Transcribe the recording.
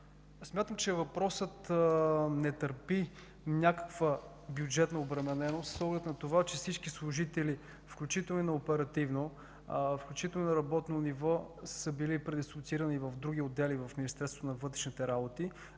Смятам, че въпросът не търпи някаква бюджетна обремененост с оглед на това, че всички служители, включително и на оперативно, включително и на работно ниво са били предислоцирани в други отдели в Министерството на вътрешните работи.